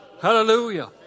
Hallelujah